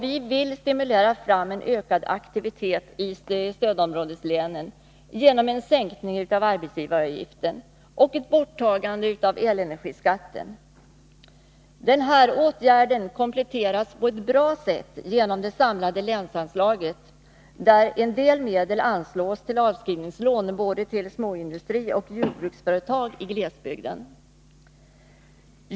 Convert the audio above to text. Vi vill stimulera till en ökad aktivitet i stödområdeslänen genom en sänkning av arbetsgivaravgiften och ett borttagande av elenergiskatten. Denna åtgärd kompletteras på ett bra sätt genom det samlade länsanslaget, där en del medel anslås till avskrivningslån både till småindustri och till jordbruksföretag i glesbygden.